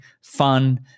fun